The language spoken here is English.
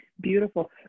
Beautiful